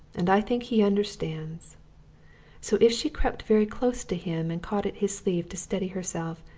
and i think he understands so, if she crept very close to him and caught at his sleeve to steady herself,